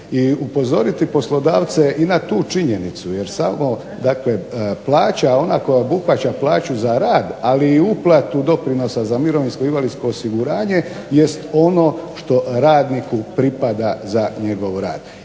i upozoriti poslodavce i na tu činjenicu. Jer samo dakle plaća ona koja obuhvaća plaću za rad ali i uplatu doprinosa za mirovinsko-invalidsko osiguranje jest ono što radniku pripada za njegov rad.